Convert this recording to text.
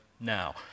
now